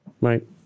Right